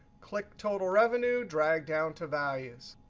click total revenue, drag down to values.